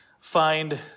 find